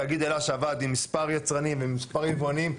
תאגיד אל"ה שעבד עם מספר יצרנים ומספר יבואנים.